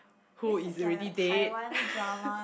who is already dead